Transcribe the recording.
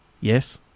Yes